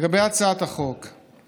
לגבי הצעת החוק,